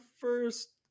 first